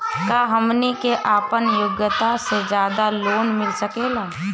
का हमनी के आपन योग्यता से ज्यादा लोन मिल सकेला?